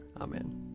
Amen